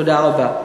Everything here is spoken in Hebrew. תודה רבה.